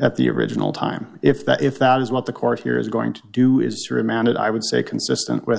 at the original time if that if that is what the court here is going to do is remanded i would say consistent with